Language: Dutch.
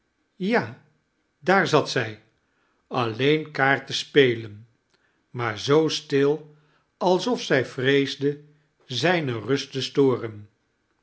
ja daar zat zij alleen kaart te spelen maar zoo stil alsof zij vreesde zijne rust te storen